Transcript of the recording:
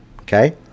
Okay